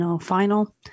final